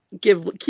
Give